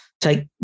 take